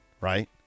right